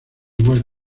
igual